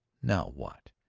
now what?